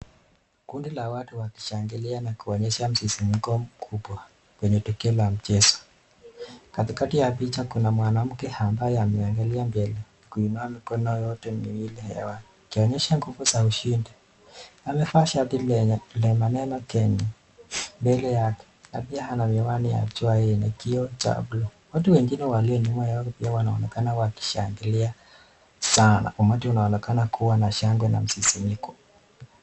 Kundi la watu wakishangilia na kuonyesha msisimuko mkubwa wenye matokeo ya mchezo. Katikati ya picha kuna mwanamke ambaye ameangalia mbele akiinua mikono yake miwili juu ya hewa akionyesha nguvu za ushindi. Amevaa shati lenye maneno Kenya mbele yake na pia amevaa miwani ya jua yenye kiio cha bluu. Watu wengine walio nyuma yao pia wanaonekana wakishangilia sanaa. Umati pia unaonekana kua na shangwe na msisimuko.